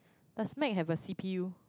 does Mac have a C_P_U